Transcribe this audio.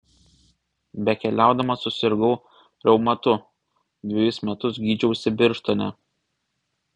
bekeliaudamas susirgau reumatu dvejus metus gydžiausi birštone